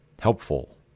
helpful